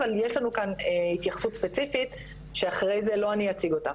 אבל יש לנו כאן התייחסות ספציפית שאחרי זה לא אני אציג אותה.